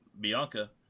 Bianca